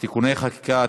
(תיקוני חקיקה),